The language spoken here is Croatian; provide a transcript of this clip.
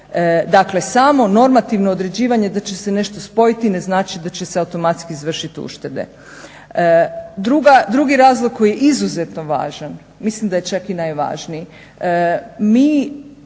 Dakle, samo normativno određivanje da će se nešto spojiti ne znači da će se automatski izvršiti uštede. Drugi razlog koji je izuzetno važan, mislim da je čak i najvažniji,